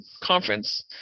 conference